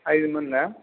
ఐదు మందా